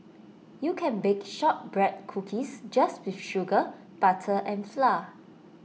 you can bake Shortbread Cookies just with sugar butter and flour